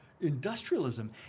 industrialism